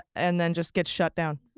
and then just gets shut down.